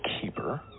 keeper